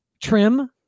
trim